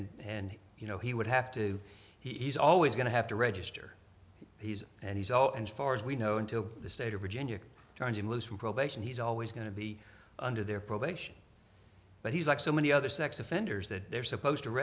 registering and you know he would have to he's always going to have to register he's and he's oh and far as we know until the state of virginia turns him loose from probation he's always going to be under their probation but he's like so many other sex offenders that they're supposed to